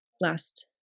last